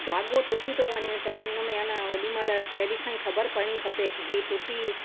धाॻो टुटी थो वञे त हेन हुन में हेन ओडीमहिल पहिरीं खां ई ख़बरु पवणी खपे की ही टुटी